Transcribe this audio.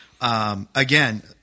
again